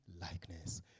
likeness